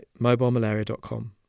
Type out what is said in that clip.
mobilemalaria.com